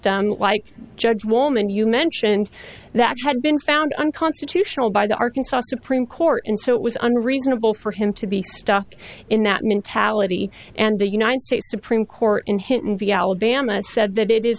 this like judge woman you mentioned that had been found unconstitutional by the arkansas supreme court and so it was unreasonable for him to be stuck in that mentality and the united states supreme court in hinton v alabama said that it is